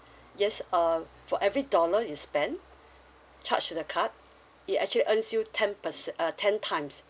yes uh for every dollar you spent charge to the card it actually earns you ten percent uh ten times